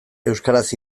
euskaraz